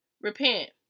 Repent